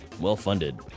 well-funded